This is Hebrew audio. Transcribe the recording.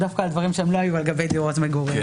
דווקא על דברים שלא היו "על גבי דירות מגורים".